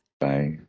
Bye